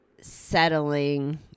settling